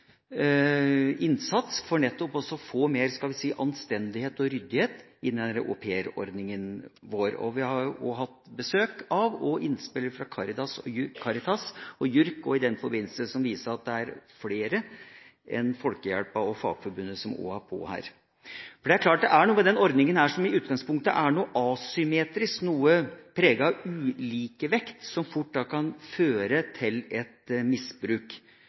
innsats for nettopp å få mer anstendighet og ryddighet inn i aupairordninga. Vi har i denne forbindelse også hatt besøk og fått innspill fra Caritas og JURK, som viser at det er flere enn Norsk Folkehjelp og Fagforbundet som gjør noe her. Det er klart at det er noe med denne ordninga som i utgangspunktet er noe asymmetrisk, noe preget av ulikevekt, og som fort da kan føre til et misbruk.